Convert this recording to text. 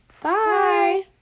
Bye